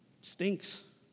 stinks